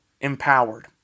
empowered